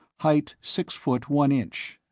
height six foot one inch.